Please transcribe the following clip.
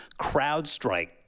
CrowdStrike